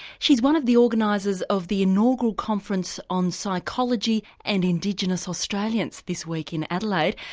she's one of the organisers of the inaugural conference on psychology and indigenous australians this week in adelaide,